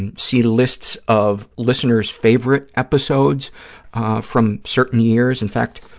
and see lists of listeners' favorite episodes from certain years. in fact,